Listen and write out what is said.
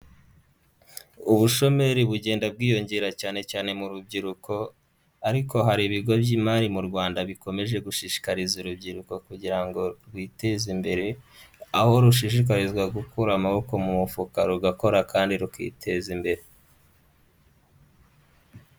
Ubushomeri bugenda bwiyongera cyane cyane mu rubyiruko ariko hari ibigo by'imari mu Rwanda bikomeje gushishikariza urubyiruko kugira ngo rwiteze imbere, aho rushishikarizwa gukura amaboko mu mufuka, rugakora kandi rukiteza imbere.